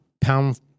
pound